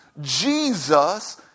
jesus